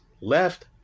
left